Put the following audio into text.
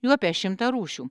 jų apie šimtą rūšių